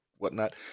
whatnot